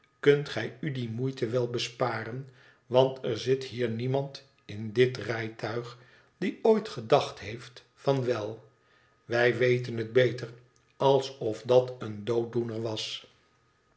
kunt gij u die moeite wel besparen want er zit hier niemand in dit rijtuig die ooit gedacht heeft van wel wij weten het beter alsof dat een dooddoener was